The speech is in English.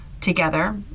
together